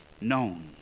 known